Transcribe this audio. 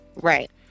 right